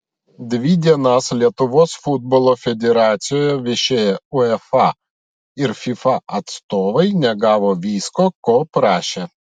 dvi dienas lietuvos futbolo federacijoje viešėję uefa ir fifa atstovai negavo visko ko prašė